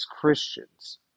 Christians